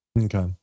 Okay